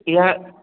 ह्या